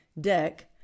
Deck